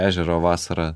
ežero vasarą